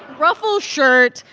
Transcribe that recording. ruffle shirt,